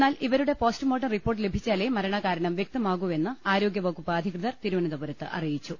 എന്നാൽ ഇവരുടെ postmortem report ലഭിച്ചാലേ മരണകാരണം വ്യക്തമാകൂ വെന്ന് ആരോഗ്യ വകൂപ്പ് അധികൃതർ തിരുവനന്തപുരത്ത് അറിയി ച്ചു